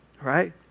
right